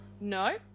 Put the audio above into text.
No